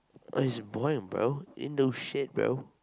oh it's Brian bro Indo shit bro